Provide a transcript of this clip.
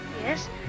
yes